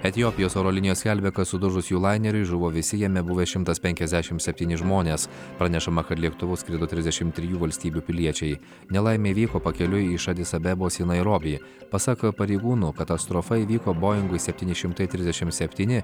etiopijos oro linijos skelbia kad sudužus jų laineriui žuvo visi jame buvę šimtas penkiasdešimt septyni žmonės pranešama kad lėktuvu skrido trisdešimt trijų valstybių piliečiai nelaimė įvyko pakeliui iš adis abebos į nairobį pasak pareigūno katastrofa įvyko boeing septyni šimtai trisdešimt septyni